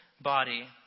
body